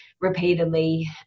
repeatedly